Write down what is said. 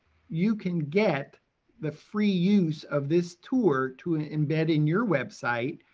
you can get the free use of this tour to embed in your website,